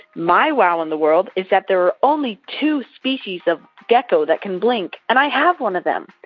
my wow in the world is that there are only two species of gecko that can blink. and i have one of them.